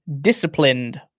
disciplined